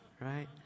right